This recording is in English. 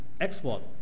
export